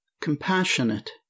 compassionate